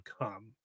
come